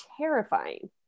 terrifying